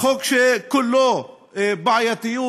חוק שכולו בעייתיות,